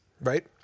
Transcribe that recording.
right